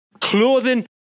clothing